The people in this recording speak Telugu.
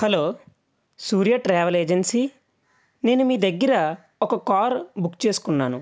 హలో సూర్య ట్రావెల్ ఏజెన్సీ నేను మీ దగ్గర ఒక కార్ బుక్ చేసుకున్నాను